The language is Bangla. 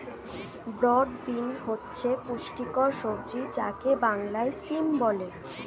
ব্রড বিন হচ্ছে পুষ্টিকর সবজি যাকে বাংলায় সিম বলে